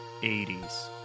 80s